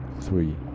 three